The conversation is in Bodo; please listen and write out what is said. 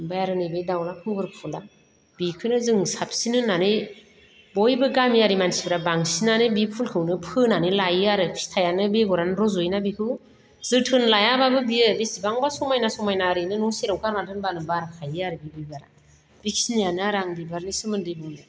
ओमफ्राय आरो नै दाउला खुंगुर फुला बिखोनो जों साबसिन होननानै बयबो गामियारि मानसिफोरा बांसिनानो बि फुलखोनो फोनानै लायो आरो फिथाइआनो बेगरानो रज'योना बेखौ जोथोन लायाब्लाबो बियो इसेबां समायना समायना ओरैनो न सेराव गारना दोनब्लानो बारखायो आरो बे बिबारा बेखिनिआनो आरो आंनि बिबारनि सोमोन्दै बुंनाया